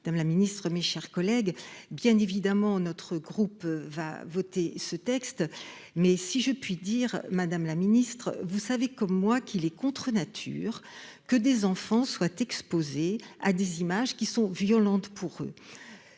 dame la ministre, mes chers collègues, bien évidemment, notre groupe va voter ce texte, mais si je puis dire, Madame la Ministre, vous savez comme moi qu'il est contre nature que des enfants soient exposés à des images qui sont violentes, pour eux,